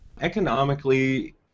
Economically